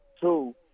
Two